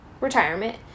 retirement